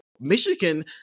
Michigan